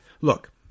Look